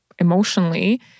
emotionally